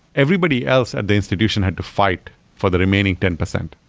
everybody else at the institution had to fight for the remaining ten percent.